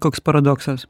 koks paradoksas